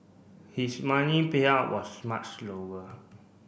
his money payout was much lower